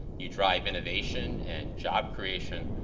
you drive innovation and job creation.